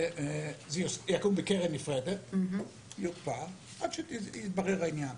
וזה יקום בקרן נפרדת ויוקפא עד שיתברר העניין.